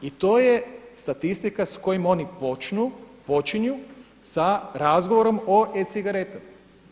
I to je statistika sa kojom oni počnu, počinju sa razgovorom o e-cigaretama.